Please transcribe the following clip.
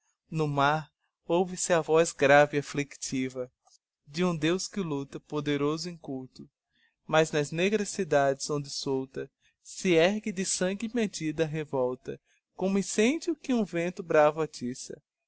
no mar ouve-se a voz grave e afflictiva d'um deus que lucta poderoso e inculto mas nas negras cidades onde sôlta se ergue de sangue medida a revolta como incendio que um vento bravo atiça